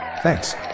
Thanks